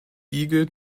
igel